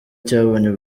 cyabonye